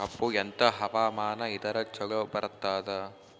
ಕಬ್ಬು ಎಂಥಾ ಹವಾಮಾನ ಇದರ ಚಲೋ ಬರತ್ತಾದ?